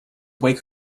wake